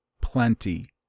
plenty